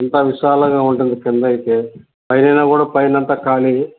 ఇంకా విశాలంగా ఉంటుంది కిందైతే పైనా కూడా పైనంతా ఖాళీ